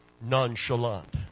nonchalant